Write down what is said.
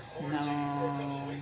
No